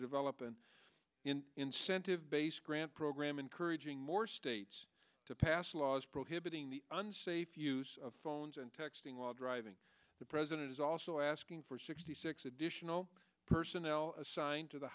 develop an incentive based grant program encouraging more states to pass laws prohibiting the unsafe use of phones and texting while driving the president is also asking for sixty six additional personnel assigned to the